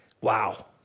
Wow